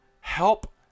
help